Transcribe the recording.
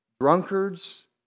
drunkards